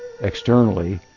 externally